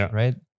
right